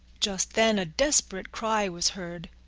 just then a desperate cry was heard.